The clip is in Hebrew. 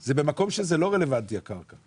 זה במקום שזה לא רלוונטי יקר.